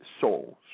souls